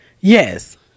Yes